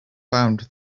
found